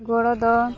ᱜᱚᱲᱚ ᱫᱚ